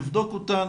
לבדוק אותן,